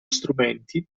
strumenti